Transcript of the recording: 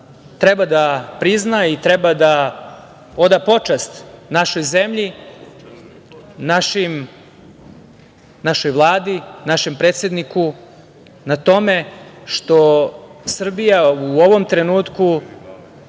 treba da prizna i treba da oda počast našoj zemlji, našoj Vladi, našem predsedniku, na tome što Srbija u ovom trenutku